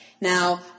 Now